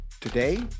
Today